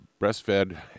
breastfed